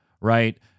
right